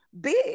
big